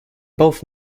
both